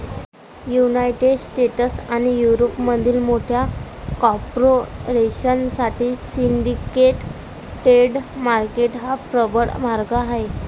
United States आणि युरोपमधील मोठ्या कॉर्पोरेशन साठी सिंडिकेट डेट मार्केट हा प्रबळ मार्ग आहे